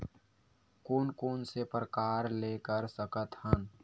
कोन कोन से प्रकार ले कर सकत हन?